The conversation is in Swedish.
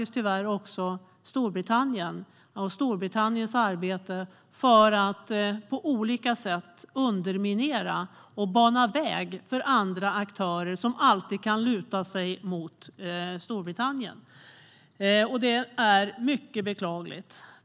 Vi ser tyvärr faktiskt också Storbritanniens arbete för att på olika sätt underminera och bana väg för andra aktörer som alltid kan luta sig mot Storbritannien. Det är mycket beklagligt.